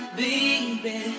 baby